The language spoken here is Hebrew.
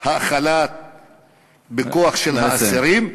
האכלה בכוח של האסירים,